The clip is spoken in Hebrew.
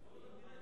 ביקורת המדינה,